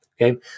Okay